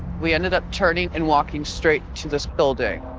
we ended up turning and walking straight to this building.